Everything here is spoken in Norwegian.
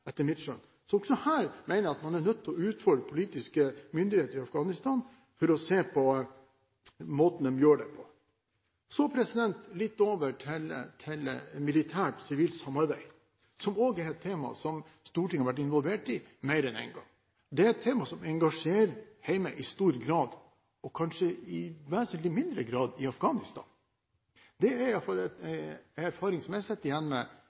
etter mitt skjønn. Også her mener jeg at man er nødt til å utfordre politiske myndigheter i Afghanistan for å se på måten de gjør det på. Så litt over til militært-sivilt samarbeid, som også er et tema som Stortinget har vært involvert i mer enn én gang. Det er et tema som i stor grad engasjerer hjemme, og kanskje i vesentlig mindre grad i Afghanistan. Det er i hvert fall erfaringen jeg sitter igjen med